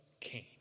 Cain